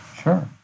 Sure